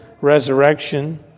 resurrection